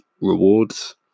rewards